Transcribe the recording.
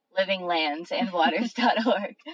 Livinglandsandwaters.org